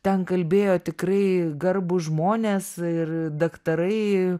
ten kalbėjo tikrai garbūs žmonės ir daktarai